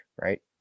right